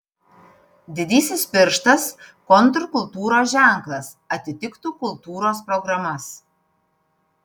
didysis pirštas kontrkultūros ženklas atitiktų kultūros programas